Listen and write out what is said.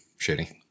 shitty